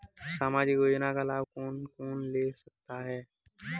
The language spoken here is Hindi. सामाजिक योजना का लाभ कौन कौन ले सकता है?